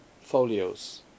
folios